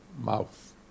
mouth